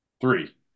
Three